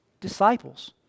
disciples